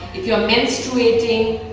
if you're menstruating,